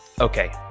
Okay